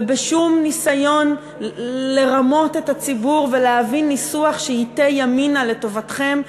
ובשום ניסיון לרמות את הציבור ולהביא ניסוח שייטה ימינה לטובתכם,